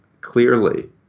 clearly